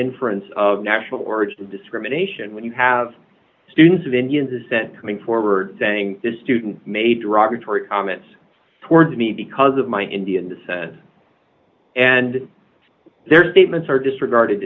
inference of national origin discrimination when you have students of indian descent coming forward saying this student made derogatory comments towards me because of my indian descent and their statements are disregarded